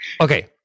Okay